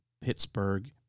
Pittsburgh